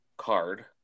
Card